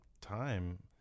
time